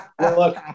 Look